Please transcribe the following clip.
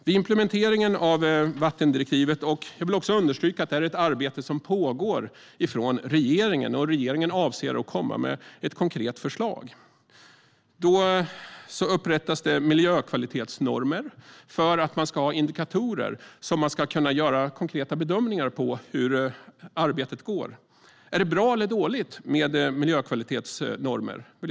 Vid implementeringen av vattendirektivet - jag vill understryka att det är ett arbete som pågår i regeringen och att regeringen avser att komma med ett konkret förslag - upprättas det miljökvalitetsnormer för att ha indikatorer och kunna göra konkreta bedömningar av hur arbetet går. Är det bra eller dåligt med miljökvalitetsnormer?